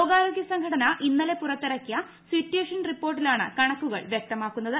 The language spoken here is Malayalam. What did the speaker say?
ലോകാരോഗ്യ സംഘടന ഇന്നലെ പുറത്തിറക്കിയ സിറ്റുവേഷൻ റിപ്പോർട്ടിലാണ് കണക്കുകൾ വൃക്തമാക്കു ന്നത്